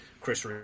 Chris